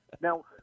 Now